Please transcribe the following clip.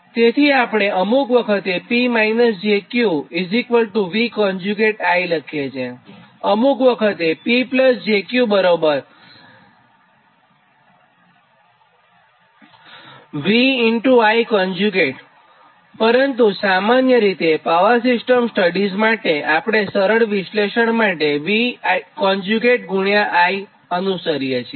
તેથી આપણે અમુક વખતે P - j Q VI લખીએ છીએ અને અમુક વખતે P j Q V Iપરંતુ સામાન્ય રીતે પાવર સિસ્ટમ સ્ટડીઝ માટે આપણે સરળ વિશ્લેષણ માટે VI ને અનુસરીએ છીએ